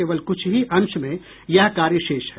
केवल क्छ ही अंश में यह कार्य शेष है